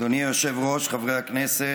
אדוני היושב-ראש, חברי הכנסת,